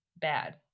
bad